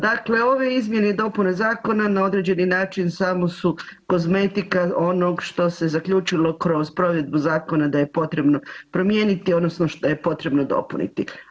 Dakle, ove izmjene i dopune zakona na određeni način samo su kozmetika onog što se zaključilo kroz provedbu zakona da je potrebno promijeniti odnosno šta je potrebno dopuniti.